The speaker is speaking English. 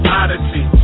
odyssey